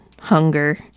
Hunger